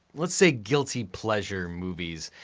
let's say, guilty pleasure movies.